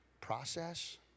process